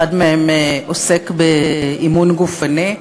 אחד מהם עוסק באימון גופני.